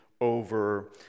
over